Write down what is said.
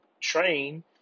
train